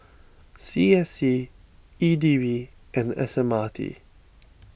C S C E D B and S M R T